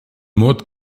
mot